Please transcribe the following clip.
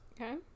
Okay